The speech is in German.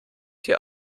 hier